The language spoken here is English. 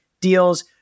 deals